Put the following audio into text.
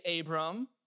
Abram